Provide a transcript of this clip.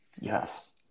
Yes